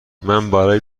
برای